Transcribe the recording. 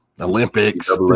Olympics